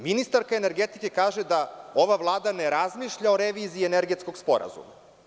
Ministarka energetike kaže da ova Vlada ne razmišlja o reviziji Energetskog sporazuma.